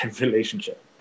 relationship